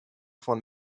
von